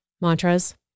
mantras